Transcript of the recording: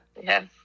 Yes